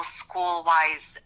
school-wise